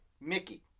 Mickey